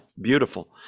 beautiful